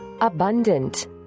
Abundant